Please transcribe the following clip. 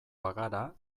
bagara